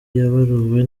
yaburiwe